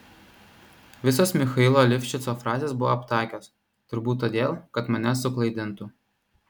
visos michailo livšico frazės buvo aptakios turbūt todėl kad mane suklaidintų